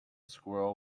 squirrel